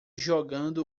jogando